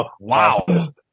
Wow